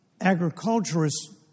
Agriculturists